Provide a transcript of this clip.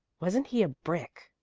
wasn't he a brick?